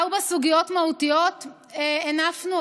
ארבע סוגיות מהותיות הנפנו,